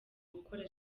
gukora